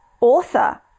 author